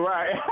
Right